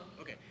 Okay